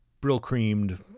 brill-creamed